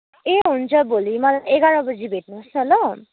ए हुन्छ भोलि मलाई एघार बजी भेट्नुहोस् न ल